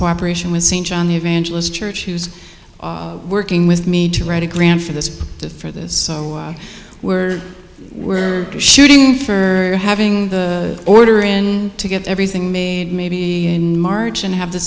cooperation with st john the evangelist church who's working with me to write a grant for this for this we're we're shooting for having the order and to get everything made maybe in march and have the